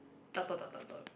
dot dot dot dot dot